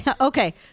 Okay